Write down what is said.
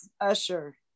Usher